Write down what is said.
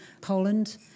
Poland